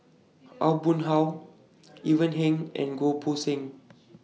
Aw Boon Haw Ivan Heng and Goh Poh Seng